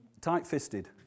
tight-fisted